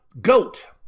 GOAT